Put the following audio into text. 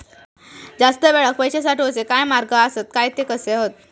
जास्त वेळाक पैशे साठवूचे काय मार्ग आसत काय ते कसे हत?